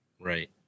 Right